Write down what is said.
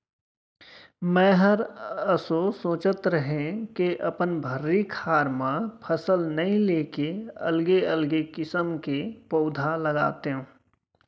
मैंहर एसो सोंचत रहें के अपन भर्री खार म फसल नइ लेके अलगे अलगे किसम के पउधा लगातेंव